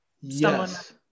Yes